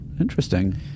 Interesting